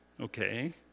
Okay